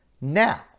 now